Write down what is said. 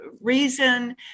reason